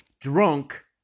drunk